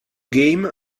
game